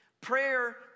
Prayer